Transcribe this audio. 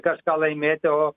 kažką laimėti o